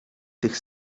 tych